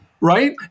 right